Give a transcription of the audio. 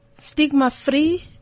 stigma-free